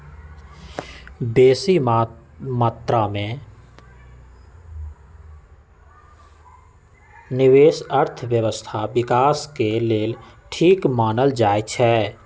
बेशी मत्रा में निवेश अर्थव्यवस्था विकास के लेल ठीक मानल जाइ छइ